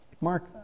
Mark